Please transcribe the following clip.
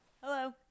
Hello